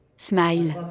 Smile